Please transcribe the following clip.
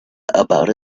about